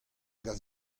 gav